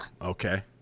Okay